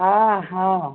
हाँ हाँ